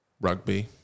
Rugby